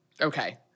Okay